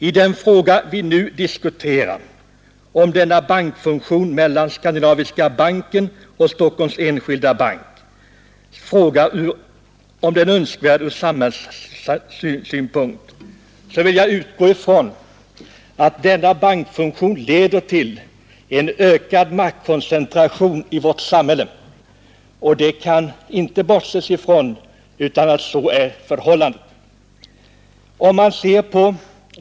I den fråga vi nu diskuterar, nämligen om bankfusionen mellan Skandinaviska banken och Stockholms enskilda bank är önskvärd ur samhällssynpunkt, vill jag utgå från att denna bankfusion leder till ökad maktkoncentration i vårt samhälle — det kan inte bortses från att så är förhållandet.